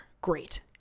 Great